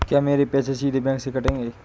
क्या मेरे पैसे सीधे बैंक से कटेंगे?